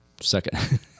second